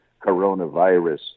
coronavirus